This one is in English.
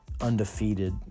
undefeated